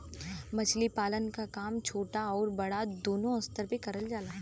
मछली पालन क काम छोटा आउर बड़ा दूनो स्तर पे करल जाला